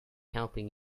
helping